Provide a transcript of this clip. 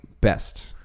best